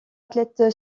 athlète